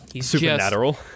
Supernatural